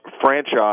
franchise